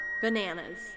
Bananas